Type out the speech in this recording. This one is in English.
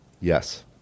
yes